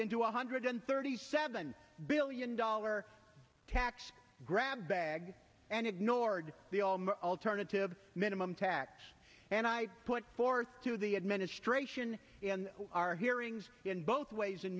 into a hundred and thirty seven billion dollar tax grab bag and ignored the all alternative minimum tax and i put forth to the administration in our hearings in both ways and